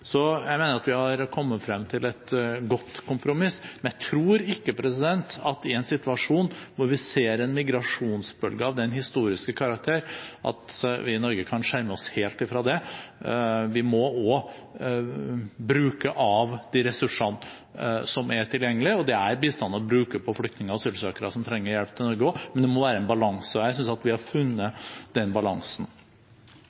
Så jeg mener vi har kommet frem til et godt kompromiss, men jeg tror ikke i en situasjon hvor vi ser en migrasjonsbølge av historisk karakter, at vi i Norge kan skjerme oss helt fra det. Vi må også bruke av de ressursene som er tilgjengelige – og det er bistand å bruke det på flyktninger og asylsøkere som trenger hjelp i Norge også, men det må være en balanse. Jeg synes vi har funnet den balansen.